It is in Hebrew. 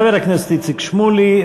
חבר הכנסת איציק שמולי,